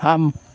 थाम